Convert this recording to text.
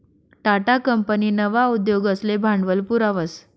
Tata company नवा उद्योगसले भांडवल पुरावस